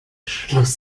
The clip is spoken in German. schluss